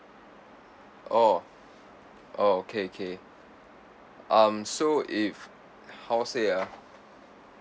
oh oh okay okay um so if how say ah